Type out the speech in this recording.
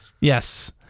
Yes